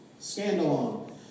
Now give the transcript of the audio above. Scandalon